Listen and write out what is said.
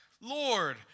Lord